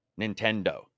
nintendo